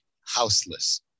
houseless